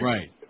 Right